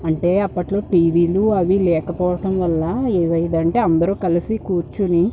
అంటే అప్పట్లో టీవీలు అవి లేకపోవటంవల్ల ఏమి అయ్యేదంటే అందరు కలిసి కూర్చుని